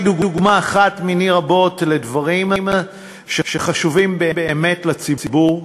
דוגמה אחת מני רבות של דברים שחשובים באמת לציבור,